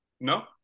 no